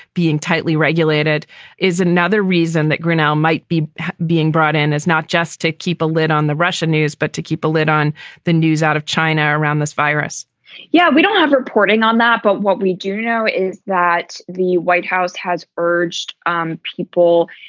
being tightly regulated is another reason that grenell might be being brought in as not just to keep a lid on the russian news, but to keep a lid on the news out of china around this virus yeah, we don't have reporting on that. but what we do know is that the white house has urged people